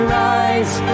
rise